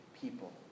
people